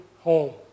home